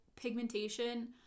pigmentation